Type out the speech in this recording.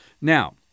Now